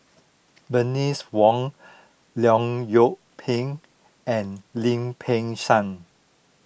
Bernice Wong Leong Yoon Pin and Lim Peng Siang